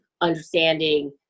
understanding